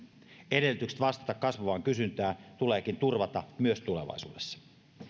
edellytykset vastata kasvavaan kysyntään tuleekin turvata myös tulevaisuudessa